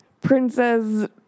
Princess